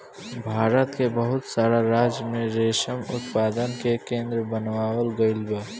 भारत के बहुत सारा राज्य में रेशम उत्पादन के केंद्र बनावल गईल बा